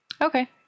Okay